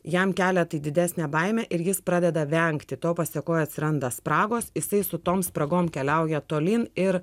jam kelia tai didesnę baimę ir jis pradeda vengti to pasėkoje atsiranda spragos jisai su tom spragom keliauja tolyn ir